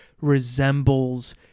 resembles